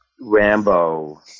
Rambo